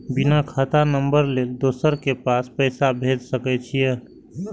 बिना खाता नंबर लेल दोसर के पास पैसा भेज सके छीए?